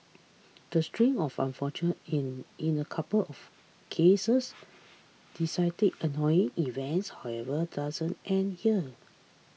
the string of unfortunate and in a couple of cases decided annoying events however doesn't end here